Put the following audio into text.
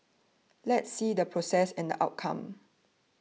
let's see the process and the outcome